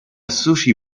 sushi